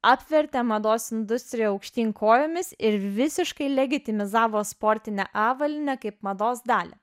apvertė mados industriją aukštyn kojomis ir visiškai legitimizavo sportinę avalynę kaip mados dalį